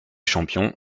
champions